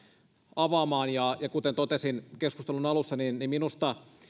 avaamaan kuten totesin keskustelun alussa niin niin minusta